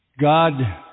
God